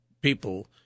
people